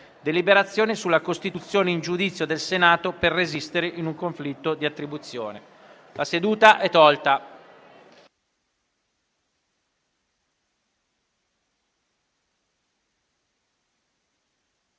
deliberazione sulla costituzione in giudizio del Senato per resistere in un conflitto di attribuzione. Giovedì 20